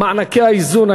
מענקי האיזון.